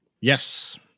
Yes